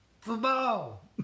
football